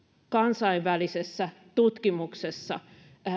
kansainvälisessä tutkimuksessa